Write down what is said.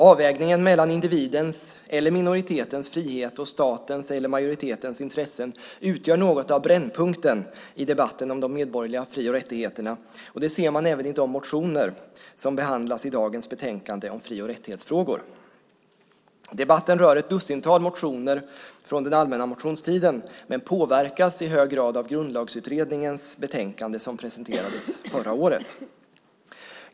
Avvägningen mellan individens eller minoritetens frihet och statens eller majoritetens intressen utgör något av brännpunkten i debatten om de medborgerliga fri och rättigheterna, och det ser man även i de motioner som behandlas i dagens betänkande om fri och rättighetsfrågor. Debatten rör ett dussintal motioner från den allmänna motionstiden, men påverkas i hög grad av Grundlagsutredningens betänkande, som presenterades förra året.